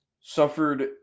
suffered